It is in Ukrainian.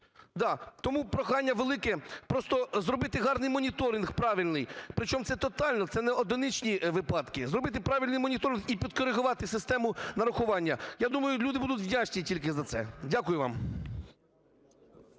Тому прохання велике просто зробити гарний моніторинг, правильний, причому це тотально, це не одиничні випадки, зробити правильний моніторинг і підкоригувати систему нарахування. Я думаю, люди будуть вдячні тільки за це. Дякую вам.